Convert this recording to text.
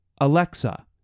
Alexa